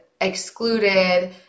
excluded